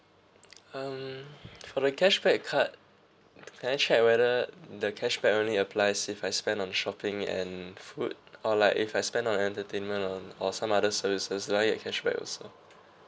mm for cashback card can I check whether the cashback only applies if I spend on shopping and food or like if I spend on entertainment um or some other services do I have the cashback also